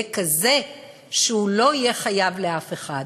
יהיה כזה שהוא לא יהיה חייב לאף אחד.